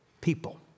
people